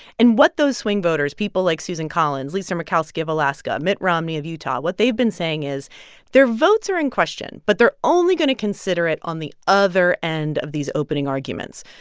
and what those swing voters people like susan collins, lisa murkowski of alaska, mitt romney of utah what they've been saying is their votes are in question, but they're only going to consider it on the other end of these opening arguments.